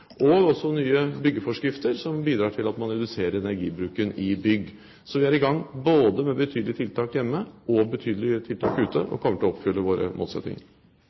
og også nye byggeforskrifter som bidrar til at man reduserer energibruken i bygg. Så vi er i gang både med betydelige tiltak hjemme og med betydelige tiltak ute, og vi kommer til å oppfylle våre målsettinger.